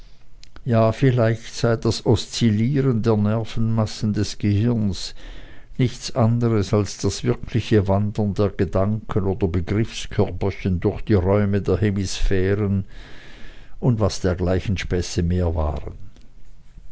ja vielleicht sei das oszillierer der nervenmassen des gehirns nichts anderes als das wirkliche wandern der gedanken oder begriffskörperchen durch die räume der hemisphären und was dergleichen späße mehr waren